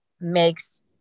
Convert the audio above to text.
makes